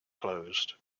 closed